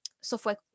software